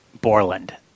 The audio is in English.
Borland